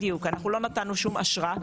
בדיוק אנחנו לא נתנו שום אשרה,